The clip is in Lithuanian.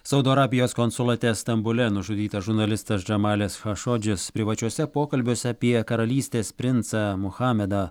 saudo arabijos konsulate stambule nužudytas žurnalistas džamalis chašodžis privačiuose pokalbiuose apie karalystės princą muhamedą